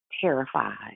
terrified